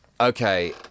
Okay